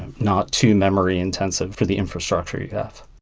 not too memory intensive for the infrastructure you got?